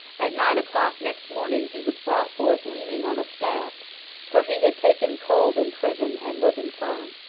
at nine o'clock next morning, he was brought forth leaning on a staff for he had taken cold in prison, and was infirm.